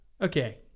Okay